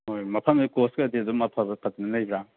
ꯍꯣꯏ ꯃꯐꯝꯁꯤ ꯀꯣꯆꯀꯗꯤ ꯑꯗꯨꯝ ꯑꯐꯕ ꯐꯖꯕ ꯂꯩꯕ꯭ꯔꯥ